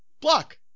block